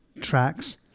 tracks